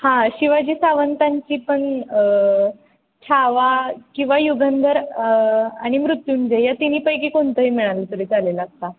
हां शिवाजी सावंतांची पण छावा किंवा युगंधर आणि मृत्युंजय या तिन्हीपैकी कोणतंही मिळालं तरी चालेल आत्ता